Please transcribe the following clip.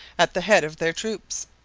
at the head of their troops.